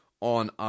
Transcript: on